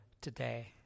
today